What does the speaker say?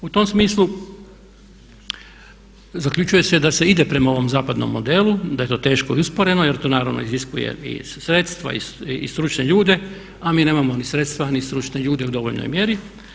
U tom smislu zaključuje se da se ide prema ovom zapadnom modelu, da je to teško i usporeno jer to naravno iziskuje i sredstva i stručne ljude, a mi nemamo ni sredstva ni stručne ljude u dovoljnoj mjeri.